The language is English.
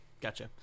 Gotcha